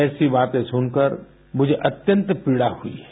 ऐसी बातें सुनकर मुझे अत्यंत पीड़ा हुई है